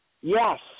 Yes